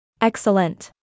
Excellent